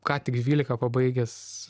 ką tik dvylika pabaigęs